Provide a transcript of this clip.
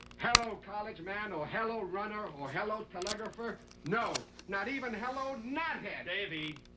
hello, college man or hello, runner. or hello, telegrapher? no! not even hello, knothead. davey.